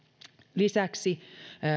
lisäksi